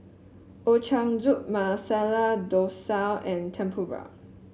Ochazuke Masala Dosa and Tempura